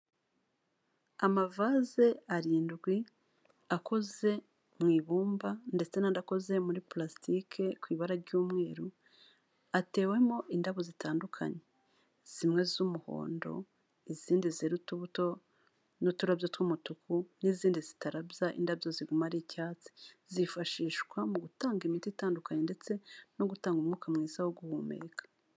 Amavaze arindwi, akoze mu ibumba ndetse n'andi akoze muri purastike ku ibara ry'umweru, atewemo indabo zitandukanye, zimwe z'umuhondo, izindi ziriho utubuto n'uturabyo tw'umutuku n'izindi zitarabya, indabyo ziguma ari icyatsi, zifashishwa mu gutanga imiti itandukanye ndetse no gutanga umwuka mwiza wo guhumeka.